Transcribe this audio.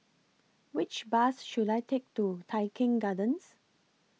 Which Bus should I Take to Tai Keng Gardens